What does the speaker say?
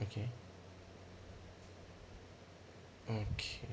okay okay